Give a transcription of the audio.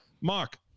Mark